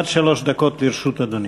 עד שלוש דקות לרשות אדוני.